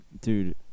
Dude